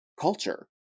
culture